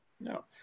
No